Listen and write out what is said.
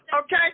okay